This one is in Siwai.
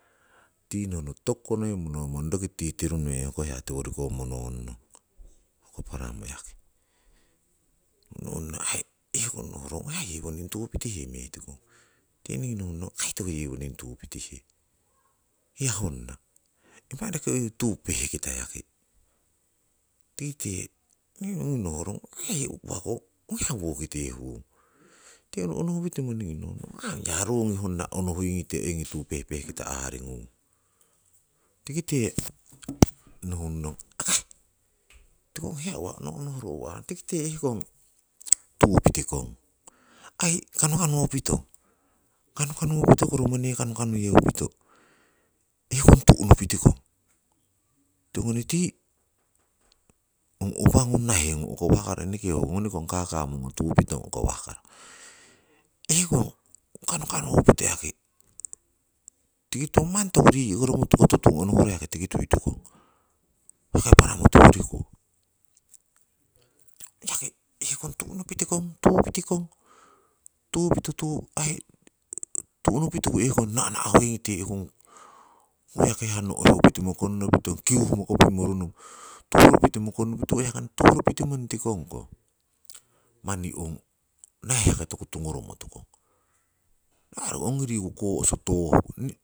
Tinohno tokuko noi monomong roki tii tiru meng hoko hiya tiworiko mononnong hoko paramo yaki. Mononno aii ehkong no'rong ong aii yewoning tupiyihe metikong, tikite ningii nohungnong kai tiko yewoning tupitihe, hiya honna. Impah roki oiyori tuu pehkita yaki, tikite ongi nohrong, ong kai hiya uwako, ong hiya wokite hung? Tiki ono ono hupitimo ningii nohungnong ong ya hiya rungi honna onohuingite oingi tuu pehpehkita aaringung. Tikite nohungnong akai tiko ong hiya uwa onononohro owo. Tikite ehkong tubitikong, aii kanukanupitong, kanukanupitiku romone kanukanuyeupito ehkong tu'nupitikong, tiko ngoni tii ong upangung, naihengung ukowahkaro, eneke ho ngonikong kaka mungo tupitong ukowahkaro. Ehkong kanukanupito yaki, tiki tui manni toku rii'koromo hokoto tuu onohro roki tiki tuitukong. Ho kai paramo tiworiko, yaki ehkong tu'nupitikong tupitikong, tupito tu aii tu'nupitiku ehkng na'na'hoingite ehkong, ho yaki hiya no'heupitimo konnopiton, kiuhmo kopimmo rono tuhrupitimo konnopitimo rono, ho yaki tuhrupitimo nutikongko, manni ong naiheko toku tungoromo tukong, aii ongi riku kohso tohku.